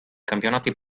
campionati